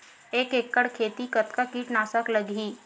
एक एकड़ खेती कतका किट नाशक लगही?